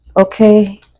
Okay